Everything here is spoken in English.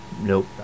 Nope